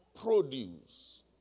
produce